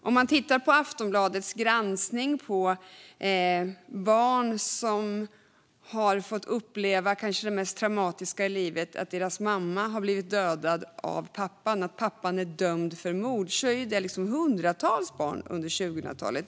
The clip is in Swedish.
Om man tittar på Aftonbladets granskning av barn som har fått uppleva det kanske mest traumatiska i livet, nämligen att deras mamma har blivit dödad av pappan och att pappan är dömd för mord, ser man att det handlar om hundratals barn under 2000-talet.